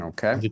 Okay